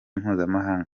mpuzamahanga